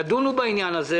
תדונו בעניין הזה.